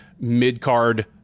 mid-card